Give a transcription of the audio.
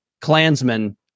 Klansmen